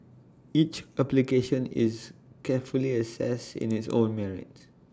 each application is carefully assessed in its own merits